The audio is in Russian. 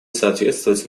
соответствовать